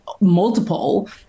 multiple